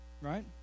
right